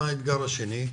מה האתגר השני?